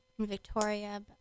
Victoria